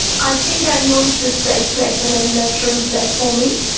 i think i know it's a safe place and a nurturing place for me.